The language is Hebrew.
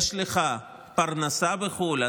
יש לך פרנסה בחו"ל?